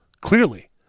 clearly